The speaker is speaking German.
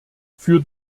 für